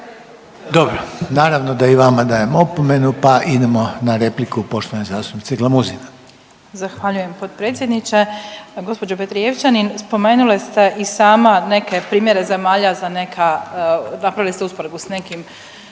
Dobro, naravno da i vama dajem opomenu, pa idemo na repliku poštovane zastupnice Glamuzina.